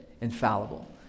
infallible